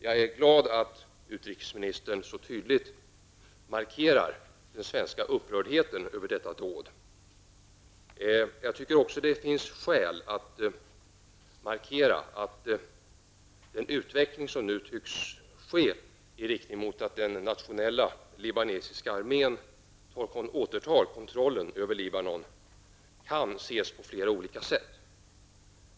Jag är glad över att utrikesministern så tydligt markerar den svenska upprördheten över detta dåd. Jag anser också att det finns skäl att markera att den utveckling som nu tycks ske i riktning mot att den nationella libanesiska armén återtar kontroller över Libanon, kan ses på flera olika sätt.